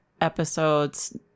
episodes